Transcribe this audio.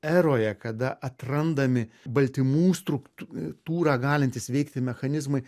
eroje kada atrandami baltymų struktūrą galintys veikti mechanizmai